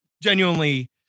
genuinely